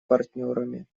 партнерами